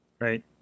Right